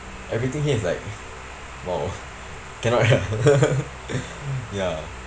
everything here is like !wow! cannot ah ya